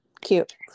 cute